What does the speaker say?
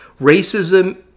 racism